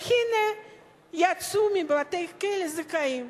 והנה יצאו מבתי-כלא זכאים.